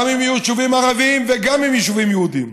גם עם יישובים ערביים וגם עם ישובים יהודיים.